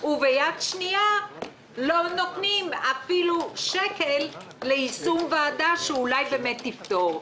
וביד שנייה לא נותנים אפילו שקל ליישום ועדה שאולי באמת תפתור?